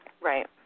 Right